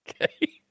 Okay